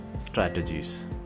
strategies